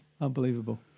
Unbelievable